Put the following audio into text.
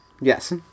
Yes